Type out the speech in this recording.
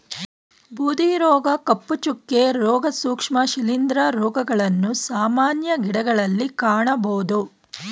ಬೂದಿ ರೋಗ, ಕಪ್ಪು ಚುಕ್ಕೆ, ರೋಗ, ಸೂಕ್ಷ್ಮ ಶಿಲಿಂದ್ರ ರೋಗಗಳನ್ನು ಸಾಮಾನ್ಯ ಗಿಡಗಳಲ್ಲಿ ಕಾಣಬೋದು